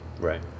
Right